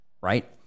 right